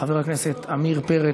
חבר הכנסת עמיר פרץ,